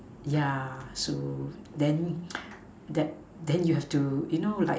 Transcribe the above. yeah so then then then you'll have to you know like